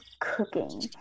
cooking